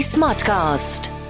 Smartcast